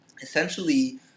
essentially